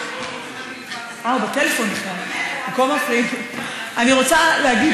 אני רוצה להגיד